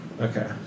Okay